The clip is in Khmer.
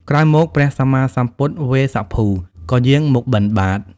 ក្រោយមក ព្រះសម្មាសម្ពុទ្ធវេស្សភូ ក៏យាងមកបិណ្ឌបាត។